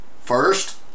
First